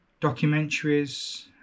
documentaries